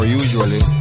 usually